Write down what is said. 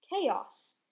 chaos